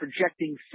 projecting